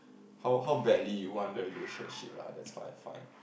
how how badly you want the relationship lah that's what I find